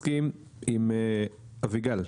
אני מסכים עם אביגל.